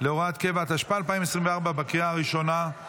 להוראת קבע), התשפ"ה 2024, בקריאה ראשונה.